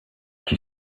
qui